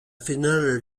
finale